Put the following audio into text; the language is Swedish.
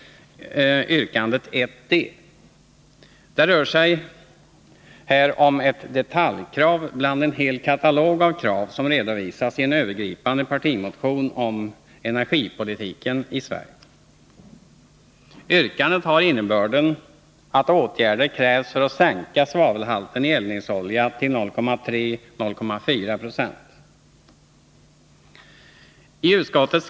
Yrkande 1d rör ett detaljkrav i en hel katalog av krav som redovisas i denna övergripande partimotion om energipolitiken i Sverige. Yrkandet har innebörden att åtgärder krävs för att sänka svavelhalten i eldningsolja till 0,3-0,4 20. problem.